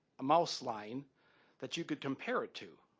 a mouse line that you could compare it to.